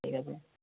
ঠিক আছে